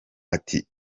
ati